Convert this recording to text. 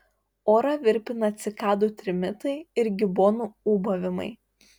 orą virpina cikadų trimitai ir gibonų ūbavimai